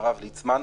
הרב ליצמן,